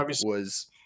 was-